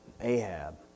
Ahab